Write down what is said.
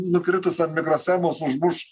nukritus ant mikroschemos užmuš